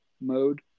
mode